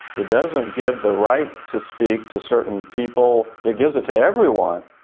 it doesn't give the right to speak to certain people it gives it to everyone.